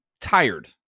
tired